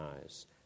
eyes